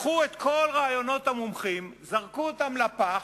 לקחו את כל רעיונות המומחים, זרקו אותם לפח,